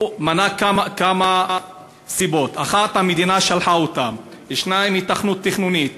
1. המדינה שלחה אותם, 2. היתכנות תכנונית,